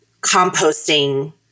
composting